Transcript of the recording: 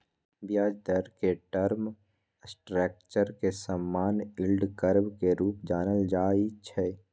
ब्याज दर के टर्म स्ट्रक्चर के समान्य यील्ड कर्व के रूपे जानल जाइ छै